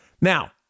Now